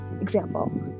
example